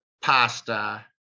Pasta